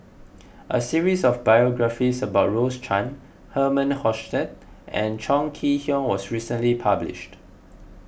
a series of biographies about Rose Chan Herman Hochstadt and Chong Kee Hiong was recently published